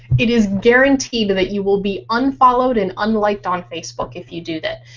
it is guaranteed but that you will be unfollowed and unliked on facebook if you do that.